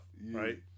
right